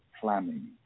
planning